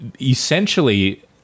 essentially